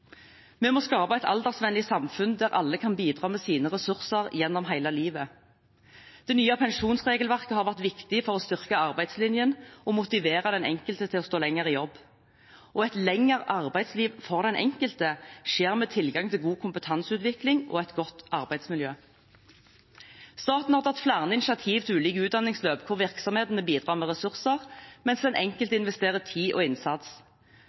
Vi må skape et aldersvennlig samfunn der alle kan bidra med sine ressurser gjennom hele livet. Det nye pensjonsregelverket har vært viktig for å styrke arbeidslinjen og motivere den enkelte til å stå lenger i jobb. Et lenger arbeidsliv for den enkelte skjer med tilgang til god kompetanseutvikling og et godt arbeidsmiljø. Staten har tatt flere initiativ til ulike utdanningsløp, hvor virksomhetene bidrar med ressurser, mens den enkelte investerer tid og innsats.